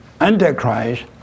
Antichrist